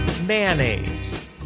mayonnaise